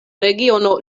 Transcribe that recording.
regiono